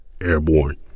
airborne